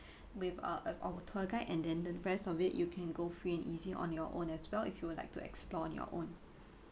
with uh a our tour guide and then the rest of it you can go free and easy on your own as well if you would like to explore on your own